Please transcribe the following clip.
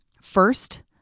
First